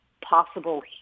possible